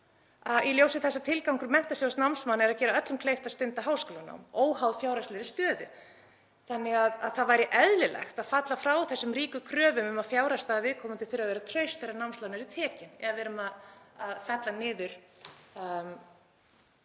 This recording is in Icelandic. Í ljósi þess að tilgangur Menntasjóðs námsmanna er að gera öllum kleift að stunda háskólanám óháð fjárhagslegri stöðu væri eðlilegt að falla frá þessari ríku kröfu um að fjárhagsstaða viðkomandi þurfi að vera traust þegar námslán er tekið ef við erum að fella niður